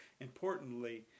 importantly